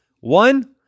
One